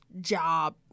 job